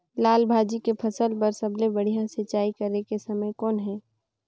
लाल भाजी के फसल बर सबले बढ़िया सिंचाई करे के समय कौन हे?